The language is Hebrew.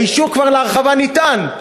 האישור להרחבה כבר ניתן,